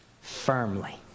firmly